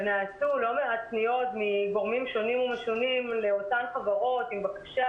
ונעשו לא מעט פניות מגורמים שונים ומשונים לאותן חברות עם בקשה